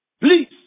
please